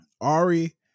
Ari